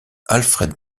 alfred